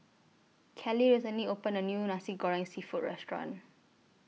Callie recently opened A New Nasi Goreng Seafood Restaurant